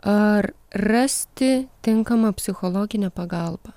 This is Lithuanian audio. ar rasti tinkamą psichologinę pagalbą